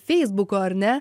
feisbuko ar ne